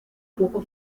poco